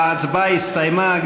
ההצבעה הסתיימה.